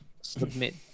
submit